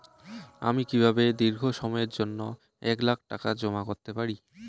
আমি কিভাবে দীর্ঘ সময়ের জন্য এক লাখ টাকা জমা করতে পারি?